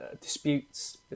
disputes